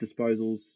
disposals